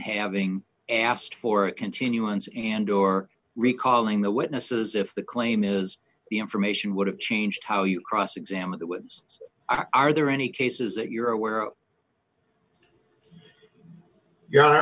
having asked for a continuance and or recalling the witnesses if the claim is the information would have changed how you cross examine are there any cases that you're aware of your honor